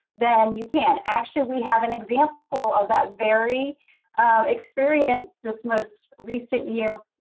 then you can. actually, we have an example of that very experience. this most recent year,